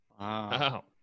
Wow